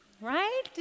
right